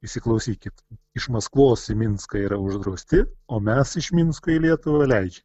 įsiklausykit iš maskvos į minską yra uždrausti o mes iš minsko į lietuvą leidžiam